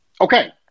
Okay